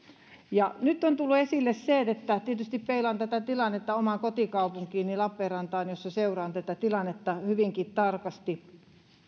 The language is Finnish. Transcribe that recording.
nyt on tullut esille tietysti peilaan tätä tilannetta omaan kotikaupunkiini lappeenrantaan jossa seuraan tätä tilannetta hyvinkin tarkasti